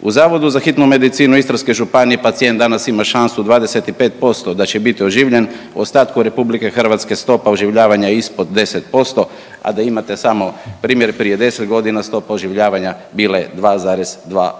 U Zavodu za hitnu medicinu Istarske županije pacijent danas ima šansu 25% da će biti oživljen, u ostatku RH stopa oživljavanja je ispod 10%, a da imate samo primjer prije 10 godina stopa oživljavanja bila je 2,2%.